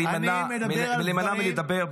להימנע מלדבר,